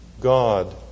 God